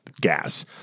gas